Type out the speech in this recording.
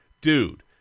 dude